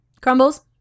Crumbles